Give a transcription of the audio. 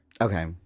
Okay